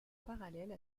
parallèle